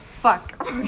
Fuck